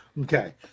Okay